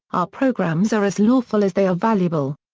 our programs are as lawful as they are valuable.